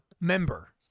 member